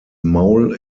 maul